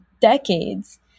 decades